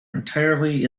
entirely